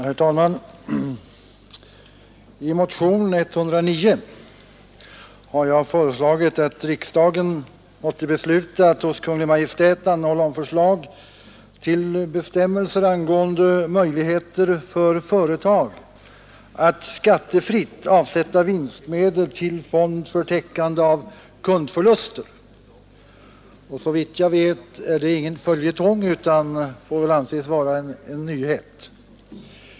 Herr talman! I motionen 109 har jag föreslagit att riksdagen måtte besluta att hos Kungl. Maj:t anhålla om förslag till bestämmelser angående möjligheter för företag att skattefritt avsätta vinstmedel till fond för täckande av kundförluster. Såvitt jag vet är det ingen följetong utan får anses vara en nyhet.